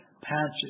Patches